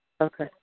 Okay